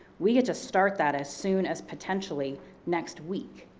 we get to start that as soon as potentially next week,